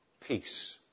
Peace